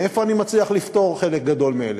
איך אני מצליח לפתור לחלק גדול מאלה?